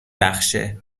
بخشه